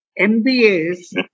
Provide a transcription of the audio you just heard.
MBAs